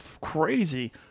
crazy